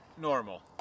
normal